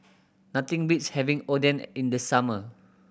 nothing beats having Oden in the summer